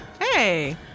Hey